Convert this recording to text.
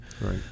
right